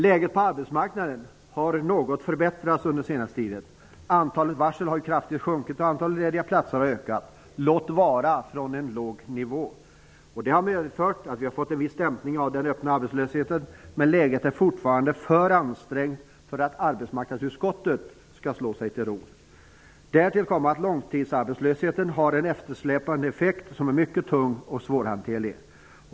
Läget på arbetsmarknaden har förbättrats något under den senaste tiden. Antalet varsel har sjunkit kraftigt, och antalet lediga platser har ökat -- låt vara från en låg nivå. Det har medfört att vi har fått en viss dämpning av den öppna arbetslösheten, men läget är fortfarande för ansträngt för att arbetsmarknadsutskottet skall slå sig till ro. Därtill kommer att långtidsarbetslösheten har en eftersläpande effekt som är mycket tung och svårhanterlig.